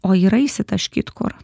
o yra išsitaškyt kur